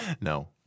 No